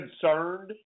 concerned